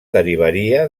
derivaria